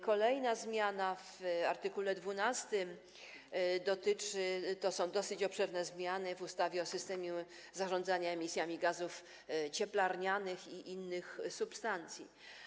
Kolejna zmiana to art. 12, to są dosyć obszerne zmiany w ustawie o systemie zarządzania emisjami gazów cieplarnianych i innych substancji.